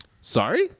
Sorry